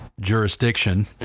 jurisdiction